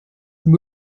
erst